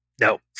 no